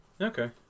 Okay